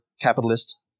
capitalist